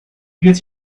gets